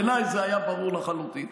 בעיניי זה היה ברור לחלוטין.